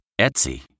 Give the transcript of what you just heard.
Etsy